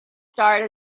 starred